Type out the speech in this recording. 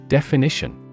Definition